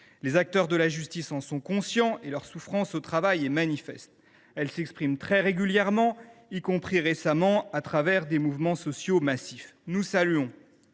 Les acteurs de la justice en sont conscients. Leur souffrance au travail est du reste manifeste. Elle s’exprime très régulièrement, y compris récemment au travers de mouvements sociaux massifs. Si le